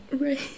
Right